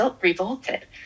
revolted